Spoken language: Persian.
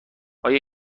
آیا